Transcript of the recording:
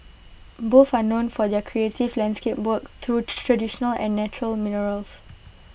both are known for their creative landscape work through traditional and natural minerals